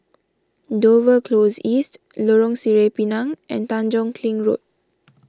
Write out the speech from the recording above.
Dover Close East Lorong Sireh Pinang and Tanjong Kling Road